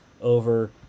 over